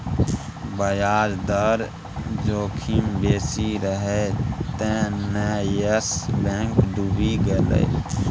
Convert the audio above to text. ब्याज दर जोखिम बेसी रहय तें न यस बैंक डुबि गेलै